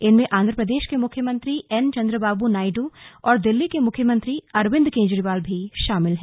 इनमें आंध्र प्रदेश के मुख्यमंत्री एन चंद्रबाबू नायडू और दिल्ली के मुख्यमंत्री अरविंद केजरीवाल भी शामिल हैं